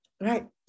right